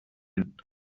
wind